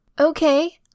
Okay